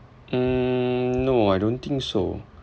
mm no I don't think so